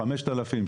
5,000,